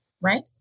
right